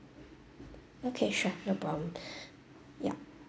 okay sure no problem ya